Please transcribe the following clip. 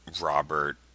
Robert